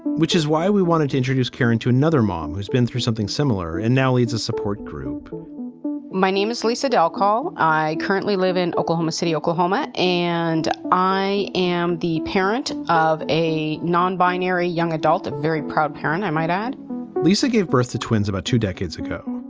which is why we wanted to introduce karen to another mom who's been through something similar and now needs a support group my name is lisa del call. i currently live in oklahoma city, oklahoma, and i am the parent of a non binary young adult, a very proud parent, i might add lisa gave birth to twins about two decades ago,